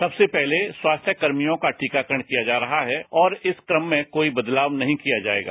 सबसे पहले स्वास्थ्य कर्मियों का टीकाकरण किया जा रहा है और इस क्रम में कोई बदलाव नहीं किया जाएगा